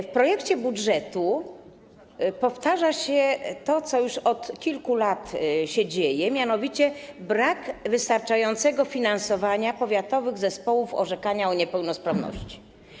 W projekcie budżetu powtarza się to, co już od kilku lat się dzieje, mianowicie brakuje wystarczającego finansowania powiatowych zespołów orzekania o niepełnosprawności.